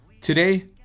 Today